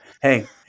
hey